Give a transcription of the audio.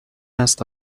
است